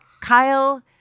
Kyle